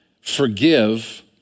forgive